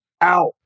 out